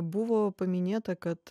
buvo paminėta kad